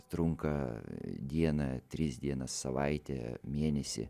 trunka dieną tris dienas savaitę mėnesį